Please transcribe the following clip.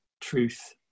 truth